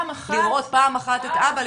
לראות פעם אחת את אבא,